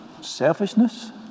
selfishness